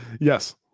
Yes